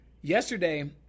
Yesterday